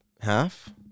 half